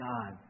God